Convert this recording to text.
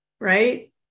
right